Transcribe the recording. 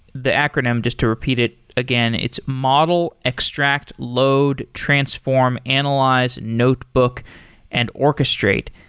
the acronym just to repeat it again, it's model, extract, load, transform, analyze, notebook and orchestrate.